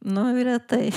nu retai